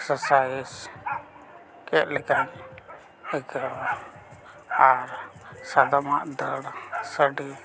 ᱮᱠᱥᱟᱨ size ᱠᱮᱫ ᱞᱮᱠᱟ ᱟᱹᱭᱠᱟᱹᱜᱼᱟ ᱟᱨ ᱥᱟᱫᱚᱢᱟᱜ ᱫᱟᱹᱲ ᱥᱟᱰᱮ